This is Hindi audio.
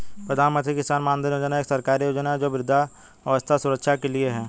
प्रधानमंत्री किसान मानधन योजना एक सरकारी योजना है जो वृद्धावस्था सुरक्षा के लिए है